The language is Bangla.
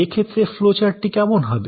এ ক্ষেত্রে ফ্লো চার্টটি কেমন হবে